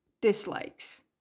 dislikes